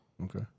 Okay